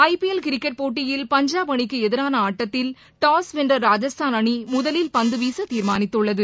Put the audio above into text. IPL cricket போட்டியில் பஞ்சாப் அணிக்கு எதிரான ஆட்டத்தில் டாஸ் வென்ற ராஜஸ்தான் அணி முதலில் பந்து வீச தீர்மானித்துள்ளது